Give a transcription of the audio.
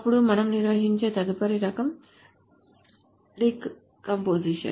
అప్పుడు మనం నిర్వహించే తదుపరి రకం డీకంపోజిషన్